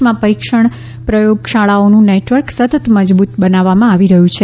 દેશમાં પરિક્ષણ પ્રયોગશાળાઓનું નેટવર્ક સતત મજબૂત બનાવવામાં આવી રહ્યું છે